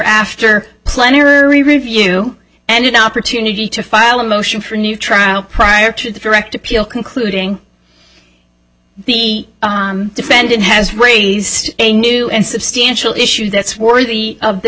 plenary review and an opportunity to file a motion for a new trial prior to the direct appeal concluding the defendant has raised a new and substantial issue that's worthy of the